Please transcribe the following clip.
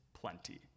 plenty